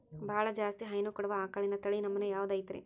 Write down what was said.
ಬಹಳ ಜಾಸ್ತಿ ಹೈನು ಕೊಡುವ ಆಕಳಿನ ತಳಿ ನಮೂನೆ ಯಾವ್ದ ಐತ್ರಿ?